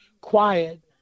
quiet